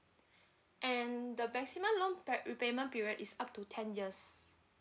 and the maximum loan repayment period is up to ten years